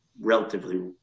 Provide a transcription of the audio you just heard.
relatively